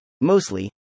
mostly